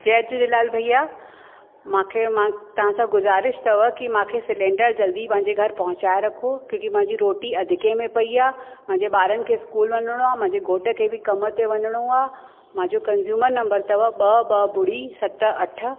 जय झूलेलाल भइया मूंखे मां तव्हांसां गुजारिश अथव की मूंखे सिलैंडर जल्दी पंहिंजे घरु पहुचाए रखो क्युकि मुंहिंजी रोटी अधके में पई आहे मुंहिंजे ॿारनि खे स्कूल वञिणो आहे मुंहिंजे घोट खे बि कम ते वञिणो आहे मुंहिंजो कंज़्यूमर नंबर अथव ॿ ॿ ॿुड़ी सत अठ